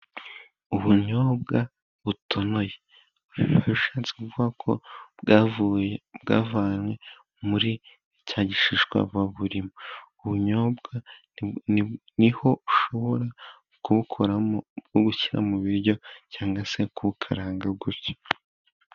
Ubunyobwa butonoye. Bishatse kuvuga ko bwavanwe muri cya gishishwava buba burimo. Ubunyobwa niho ushobora kubukoramo ubushira mu biryo, cyangwa se kukaranga gutya.